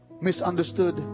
misunderstood